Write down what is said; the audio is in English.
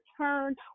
turn